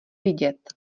vidět